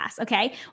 okay